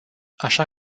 așa